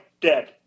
dead